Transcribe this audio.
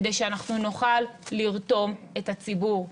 כדי שאנחנו נוכל לרתום את הציבור.